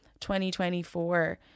2024